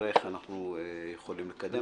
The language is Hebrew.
ונראה איך אנחנו יכולים לקדם.